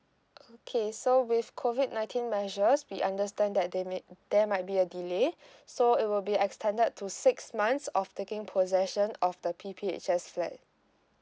okay so with COVID nineteen measures we understand that there may there might be a delay so it will be extended to six months of taking possession of the P_P_H_S flat